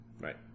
Right